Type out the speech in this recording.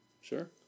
Sure